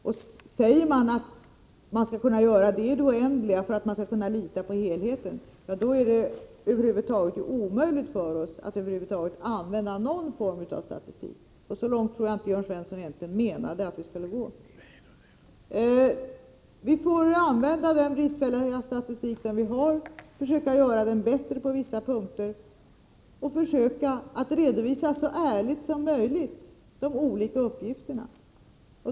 Om man hävdar att man skall kunna göra detta i det oändliga för att man skall kunna lita på helheten, är det omöjligt för oss att över huvud taget använda någon form av statistik. Men så långt tror jag inte att Jörn Svensson menar att vi skall gå. Vi får använda den bristfälliga statistik vi har. Vi måste försöka göra den bättre på vissa punkter, och vi får försöka redovisa så ärligt som möjligt de olika uppgifterna.